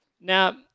Now